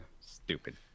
Stupid